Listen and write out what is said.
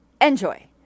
Enjoy